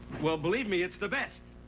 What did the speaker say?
well, believe me, it's the best.